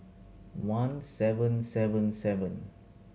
one seven seven seven